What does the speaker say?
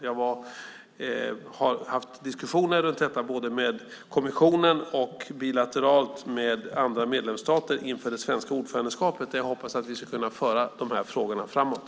Jag har haft diskussioner om detta både med kommissionen och bilateralt med andra medlemsstater inför det svenska ordförandeskapet där jag hoppas att vi ska kunna föra dessa frågor framåt.